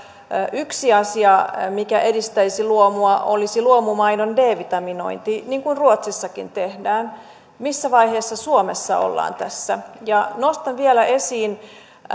yksi asia mikä edistäisi luomua olisi luomumaidon d vitaminointi niin kuin ruotsissakin tehdään missä vaiheessa suomessa ollaan tässä nostan vielä esiin